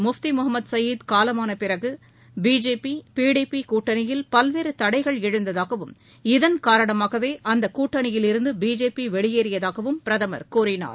முஃப்தி முகமது சையீத் காலமான பிறகு BJP PDP கூட்டணியில் பல்வேறு தடைகள் எழுந்ததாகவும் இதள் காரணமாகவே அக்கூட்டணியில் இருந்து பிஜேபி வெளியேறியதாகவும் பிரதமர் கூறினார்